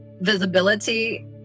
visibility